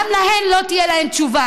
גם להן לא תהיה תשובה?